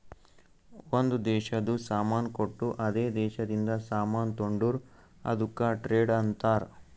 ಒಂದ್ ದೇಶದು ಸಾಮಾನ್ ಕೊಟ್ಟು ಅದೇ ದೇಶದಿಂದ ಸಾಮಾನ್ ತೊಂಡುರ್ ಅದುಕ್ಕ ಟ್ರೇಡ್ ಅಂತಾರ್